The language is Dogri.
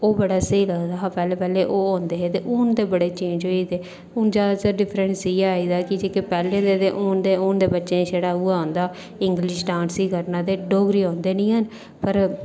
ओह् बड़ा स्हेई टैम हा पैह्लें पैह्लें ओह् होंदा हा हून ते बड़े चेंज होई गेदे हून जादैतर डिफरेंस इ'यै आई गेदा की जेह्के पैह्लें दे ते हून दे हून दे बच्चें गी छड़ा उऐ आंदा इंगलिश डांस ई करना ते डोगरी औंदे निं हैन पर